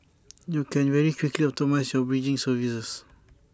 you can very quickly optimise your bridging services